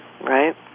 right